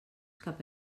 cap